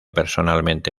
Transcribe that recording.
personalmente